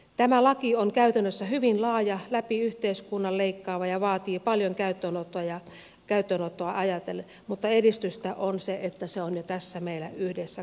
tämä laki on käytännössä hyvin laaja läpi yhteiskunnan leikkaava ja vaatii paljon käyttöönottoa ajatellen mutta edistystä on se että se on jo tässä meillä yhdessä kasassa